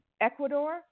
Ecuador